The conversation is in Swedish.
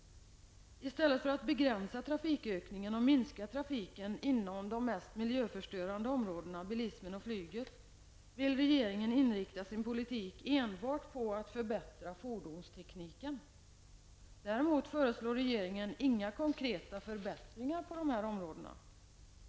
I stället för att begränsa trafikökningen och minska trafiken inom de mest miljöförstörande områdena, bilismen och flyget, vill regeringen inrikta sin politik enbart på att förbättra fordonstekniken. Regeringen föreslår däremot inga konkreta förbättringar på detta område.